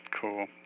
cool